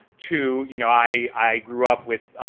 to, you know, i i grew up with,